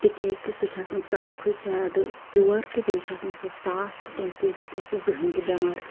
تِکیازِ کہِ سُہ چھُ آسان سارویو کھۄتہٕ زیادٕ پِیور تہٕ بیٚیہِ چھُ آسان صاف تہٕ تَمہِ سۭتۍ گژھِ نہٕ سُہ زٕہنۍ تہِ بیمار